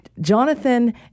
Jonathan